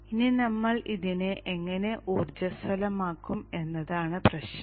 ഇനി നമ്മൾ ഇതിനെ എങ്ങനെ ഊർജസ്വലമാക്കും എന്നതാണ് പ്രശ്നം